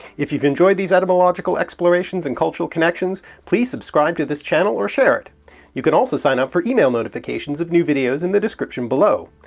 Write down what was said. if you've enjoyed these etymological explorations and cultural connections, please subscribe to this channel or share it you can also sign up for email notifications of new videos in the description below.